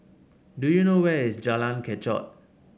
do you know where is Jalan Kechot